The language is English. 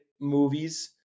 movies